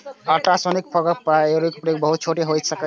ultrasonic fogger aeroponic बहुत छोट होइत छैक